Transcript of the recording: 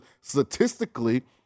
statistically